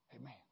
Amen